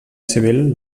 civil